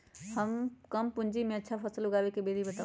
कम पूंजी में अच्छा फसल उगाबे के विधि बताउ?